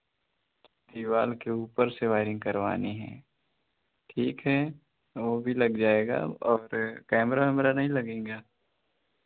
दीवाल के ऊपर से वाइरिंग करवानी है ठीक है ओ भी लग जाएगा और कैमरा वैमरा नहीं लगेगा